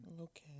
okay